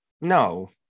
No